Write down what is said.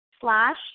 slash